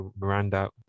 Miranda